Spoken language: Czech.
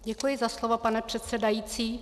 Děkuji za slovo, pane předsedající.